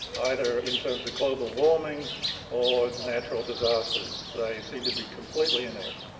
either in terms of global warming or natural disasters. they seem to be completely inept.